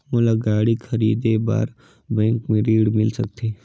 मोला गाड़ी खरीदे बार बैंक ले ऋण मिल सकथे?